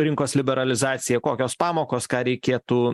rinkos liberalizacija kokios pamokos ką reikėtų